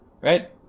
right